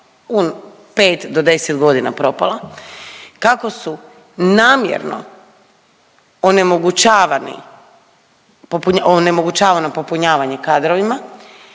u 5 do 10 godina propala, kako su namjerno onemogućavani, onemogućavano popunjavanje kadrovima